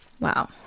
Wow